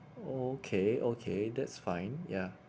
okay okay that's fine ya